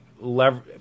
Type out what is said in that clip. leverage